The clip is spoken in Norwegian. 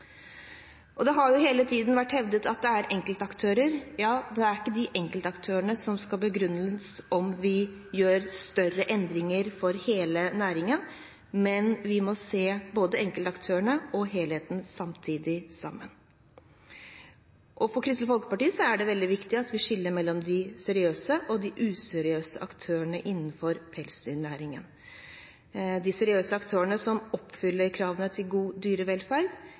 Det har hele tiden vært hevdet at det er enkeltaktører – det er ikke de enkeltaktørene som skal være begrunnelsen for at vi gjør større endringer for hele næringen, vi må se både enkeltaktørene og helheten sammen samtidig. For Kristelig Folkeparti er det veldig viktig at vi skiller mellom de seriøse og de useriøse aktørene innenfor pelsdyrnæringen. De seriøse aktørene, som oppfyller kravene til god dyrevelferd,